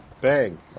bang